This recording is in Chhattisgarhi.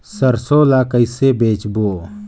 सरसो ला कइसे बेचबो?